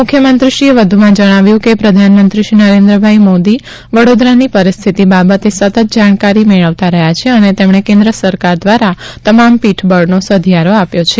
મુખ્યમંત્રીશ્રી વધુમાં જણાવ્યુ કે પ્રધાનમંત્રીશ્રી નરેન્દ્રભાઇ મોદી વડોદરાની પરિસ્થિતિ બાબતે સતત જાણકારી મેળવતા રહયા છે અને તેમણે કેન્દ્ર સરકાર દ્વારા તમામ પીઠબળનો સધિયારો આપ્યો છે